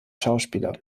schauspieler